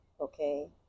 okay